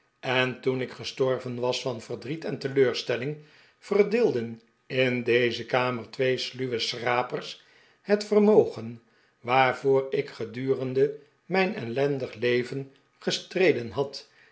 en toen ik gestorven was van verdriet en teleurstelling verdeelden in deze kamer twee sluwe schrapers het vermogen waarvoor ik gedurende mijn ellendig leven gestreden had